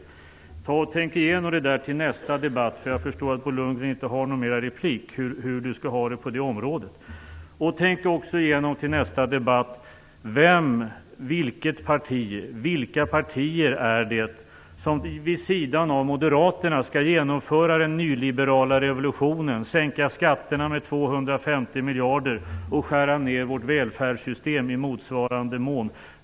Eftersom Bo Lundgren inte har fler inlägg nu, vill jag i stället uppmana honom att till nästa debatt ta och tänka igenom hur han skall ha det på den punkten. Jag vill också uppmana honom att tänka igenom vem, vilket eller vilka partier som vid sidan av Moderaterna skall genomföra den nyliberala revolutionen, sänka skatterna med 250 miljarder och skära ned vårt välfärdssystem i motsvarande mån.